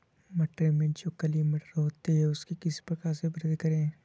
मटरों में जो काली मटर होती है उसकी किस प्रकार से वृद्धि करें?